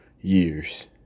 years